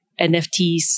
NFTs